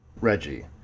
Reggie